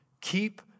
Keep